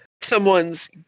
someone's